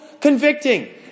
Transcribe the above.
convicting